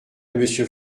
monsieur